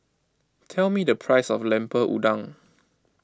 tell me the price of Lemper Udang